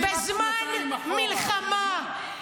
-- בזמן מלחמה.